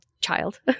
child